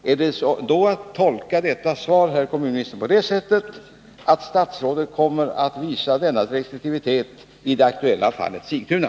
Skall detta svar tolkas så, herr kommunminister, att statsrådet kommer att visa denna restriktivitet i det aktuella fallet Sigtuna?